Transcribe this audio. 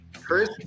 Chris